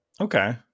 Okay